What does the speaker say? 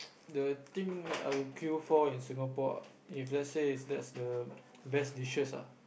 the thing that I would queue for in Singapore if let's say that's the best dishes [ah]z